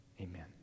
Amen